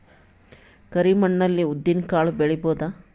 ಕರಿ ಮಣ್ಣ ಅಲ್ಲಿ ಉದ್ದಿನ್ ಕಾಳು ಬೆಳಿಬೋದ?